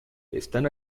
están